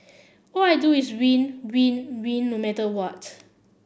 all I do is win win win no matter what